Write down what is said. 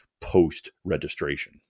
post-registration